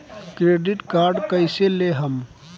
Credit card कईसे लेहम?